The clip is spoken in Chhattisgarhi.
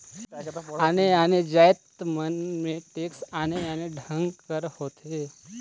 आने आने जाएत मन में टेक्स आने आने ढंग कर होथे